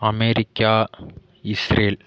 America Israel